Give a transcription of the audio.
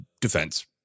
defense